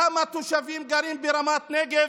כמה תושבים גרים ברמת נגב?